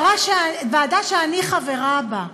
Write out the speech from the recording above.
ועדה שאני חברה בה,